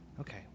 Okay